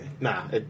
Nah